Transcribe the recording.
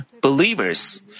believers